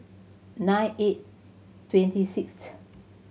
nine eight twenty sixth